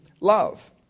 love